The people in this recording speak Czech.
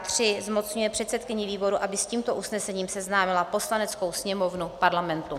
III. zmocňuje předsedkyni výboru, aby s tímto usnesením seznámila Poslaneckou sněmovnu Parlamentu.